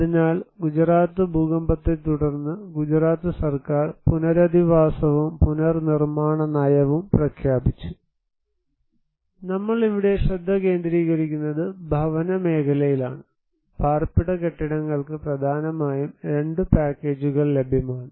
അതിനാൽ ഗുജറാത്ത് ഭൂകമ്പത്തെത്തുടർന്ന് ഗുജറാത്ത് സർക്കാർ പുനരധിവാസവും പുനർനിർമാണ നയവും പ്രഖ്യാപിച്ചു നമ്മൾ ഇവിടെ ശ്രദ്ധ കേന്ദ്രീകരിക്കുന്നത് ഭവന മേഖലയിലാണ് പാർപ്പിട കെട്ടിടങ്ങൾക്ക് പ്രധാനമായും 2 പാക്കേജുകൾ ലഭ്യമാണ്